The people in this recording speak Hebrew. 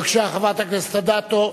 בבקשה, חברת הכנסת אדטו.